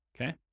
okay